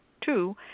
two